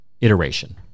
iteration